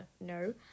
No